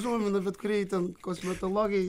užuomina bet kuriai ten kosmetologei